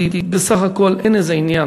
כי בסך הכול אין איזה עניין